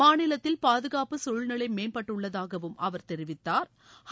மாநிலத்தில் பாதுகாப்பு சூழ்நிலை மேம்பட்டுள்ளதாகவும் அவர் தெரிவித்தாா்